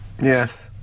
Yes